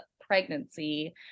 pregnancy